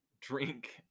Drink